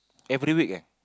every week eh